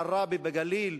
עראבה בגליל,